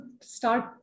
start